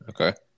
okay